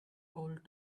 old